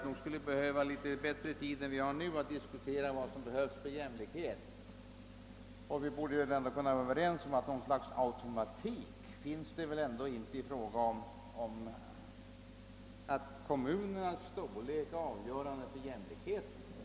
Vi skulle behöva något mera tid än vi nu har till förfogande för att diskutera frågan om jämlikhet. Vi borde ändå vara överens om att det inte finns något slags automatik som säger att kommunernas storlek skulle vara avgörande för jämlikheten.